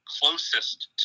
closest